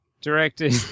directed